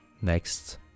next